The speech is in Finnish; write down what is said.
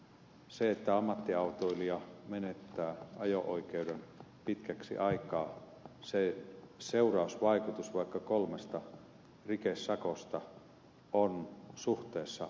jos ammattiautoilija menettää ajo oikeuden pitkäksi aikaa sen seurausvaikutus vaikka kolmesta rikesakosta on suhteessa todella kova